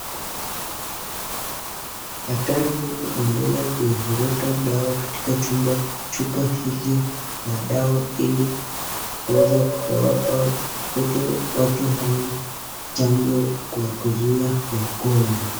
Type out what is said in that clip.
Daktari huyu ameweza kuivuruta dawa katika chupa hili la dawa ili kuweza kuwapa watu hawa chanjo kwa kuzuia magonjwa.